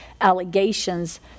allegations